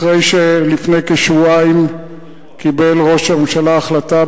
אחרי שלפני כשבועיים קיבל ראש הממשלה החלטה,